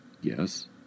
Yes